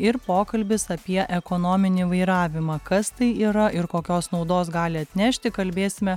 ir pokalbis apie ekonominį vairavimą kas tai yra ir kokios naudos gali atnešti kalbėsime